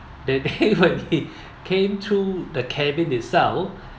they behave like it came through the cabin itself